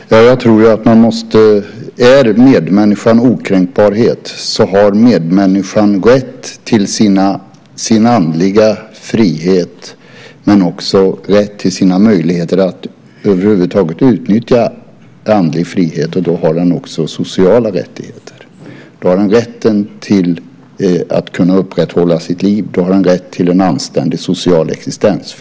Fru talman! Jag tror ju att om medmänniskan är okränkbar så har medmänniskan rätt till sin andliga frihet men också rätt till sina möjligheter att över huvud taget utnyttja den andliga friheten. Och då har den också sociala rättigheter. Då har den rätt att kunna upprätthålla sitt liv. Då har den rätt till en anständig social existens.